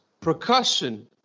Percussion